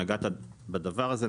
נגעת בדבר הזה.